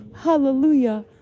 hallelujah